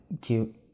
cute